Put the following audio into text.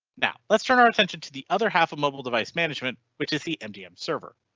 now, let's turn our attention to the other half of mobile device management, which is the mdm server.